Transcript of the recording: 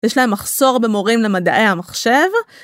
יש להם מחסור במורים למדעי המחשב.